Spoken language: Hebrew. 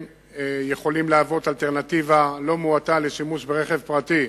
יכולות לשמש אלטרנטיבה לשימוש ברכב פרטי